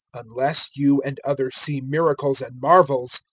unless you and others see miracles and marvels,